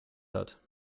hat